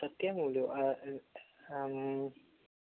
സത്യം പോലും അ ത്